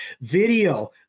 video